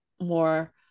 more